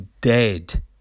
dead